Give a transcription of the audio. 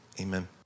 amen